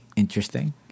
Interesting